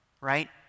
right